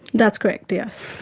that's correct, yes.